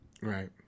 Right